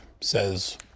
says